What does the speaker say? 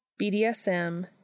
BDSM